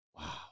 wow